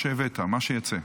שיצא.